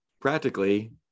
Practically